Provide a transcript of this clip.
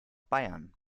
bayern